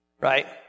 Right